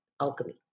alchemy